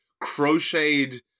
crocheted